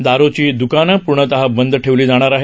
दारुची द्काने पूर्णतः बंद ठेवली जाणार आहेत